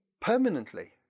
permanently